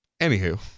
anywho